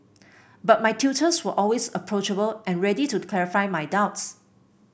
but my tutors were always approachable and ready to clarify my doubts